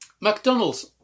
McDonald's